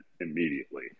immediately